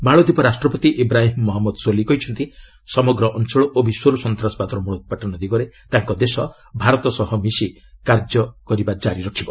ମାଳଦ୍ୱୀପ ରାଷ୍ଟ୍ରପତି ଇବ୍ରାହିମ୍ ମହମ୍ମଦ ସୋଲିହ୍ କହିଚ୍ଚନ୍ତି ସମଗ୍ର ଅଞ୍ଚଳ ଓ ବିଶ୍ୱରୁ ସନ୍ତାସବାଦର ମୂଳୋତ୍ପାଟନ ଦିଗରେ ତାଙ୍କ ଦେଶ ଭାରତ ସହ ମିଶି କାର୍ଯ୍ୟ କରିବା ଜାରି ରଖିବ